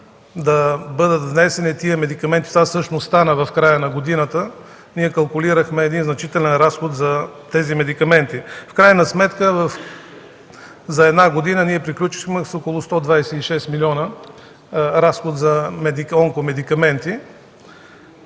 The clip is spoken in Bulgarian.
да бъдат внесени тези медикаменти, това всъщност стана в края на годината, ние калкулирахме значителен разход за тези медикаменти. В крайна сметка за една година ние приключихме с около 126 милиона разход за онкомедикаменти.